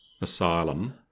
asylum